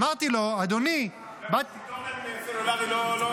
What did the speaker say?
אמרתי לו: אדוני --- תקשורת סלולרית לא עוזרת לפלסטינים?